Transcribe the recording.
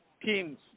teams